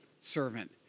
servant